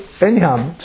anyhow